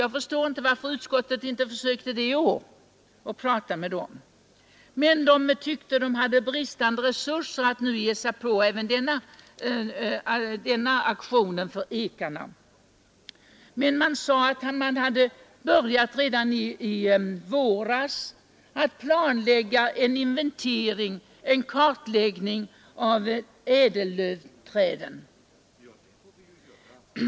Jag förstår inte varför utskottet inte försökte tala med företrädare för naturvårdsverket i år. Man ansåg sig emellertid på naturvårdsverket ha bristande resurser, och man kunde därför inte ge sig in på en sådan aktion för ekarna. Man sade emellertid på naturvårdsverket att man redan i våras hade börjat planlägga en inventering av ädellövträden.